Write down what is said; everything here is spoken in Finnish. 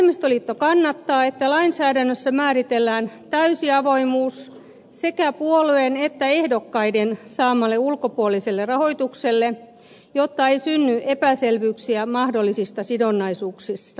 vasemmistoliitto kannattaa että lainsäädännössä määritellään täysi avoimuus sekä puolueen että ehdokkaiden saamalle ulkopuoliselle rahoitukselle jotta ei synny epäselvyyksiä mahdollisista sidonnaisuuksista